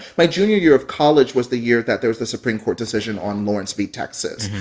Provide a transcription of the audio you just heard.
my junior year of college was the year that there was the supreme court decision on lawrence v. texas,